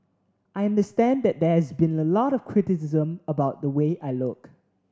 i understand that there's been a lot of criticism about the way I look